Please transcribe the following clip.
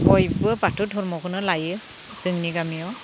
बयबो बाथौ धर्मखौनो लायो जोंनि गामियाव